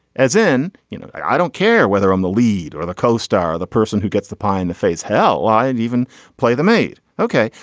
as in you know i don't care whether i'm the lead or the co-star or the person who gets the pie in the face hell i and even play the maid. okay.